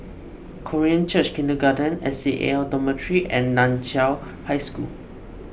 Korean Church Kindergarten S C A L Dormitory and Nan Chiau High School